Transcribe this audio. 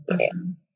Awesome